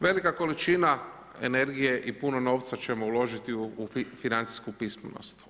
Velika količina energije i puno novca ćemo uložiti u financijsku pismenost.